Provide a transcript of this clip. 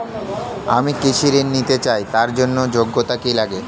আমি কৃষি ঋণ নিতে চাই তার জন্য যোগ্যতা কি লাগে?